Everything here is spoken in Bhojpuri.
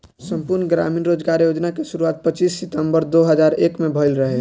संपूर्ण ग्रामीण रोजगार योजना के शुरुआत पच्चीस सितंबर दो हज़ार एक में भइल रहे